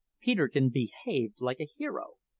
peterkin behaved like a hero.